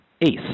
ACE